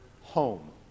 home